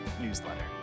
newsletter